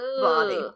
body